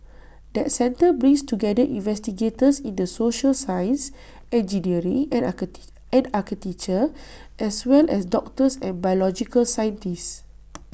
that centre brings together investigators in the social sciences engineering and and architecture as well as doctors and biological scientists